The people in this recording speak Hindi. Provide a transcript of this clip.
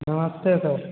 नमस्ते सर